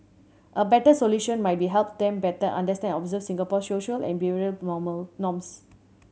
a better solution might be help them better understand observe Singapore's social and behavioural normal norms